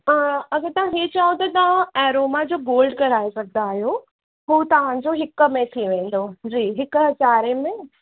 अगरि तव्हां इहे चओ त तव्हां एरोमा जो गोल्ड कराए सघंदा आहियो उहो तव्हांजो हिक में थी वेंदो जी हिकु हज़ार में